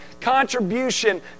contribution